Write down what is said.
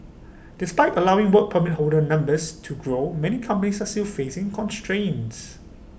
despite allowing Work Permit holder numbers to grow many companies are still facing constraints